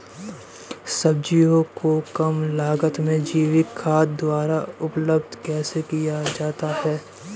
सब्जियों को कम लागत में जैविक खाद द्वारा उपयोग कैसे किया जाता है?